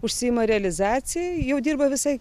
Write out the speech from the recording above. užsiima realizacija jau dirba visai